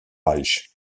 reich